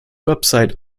website